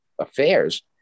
Affairs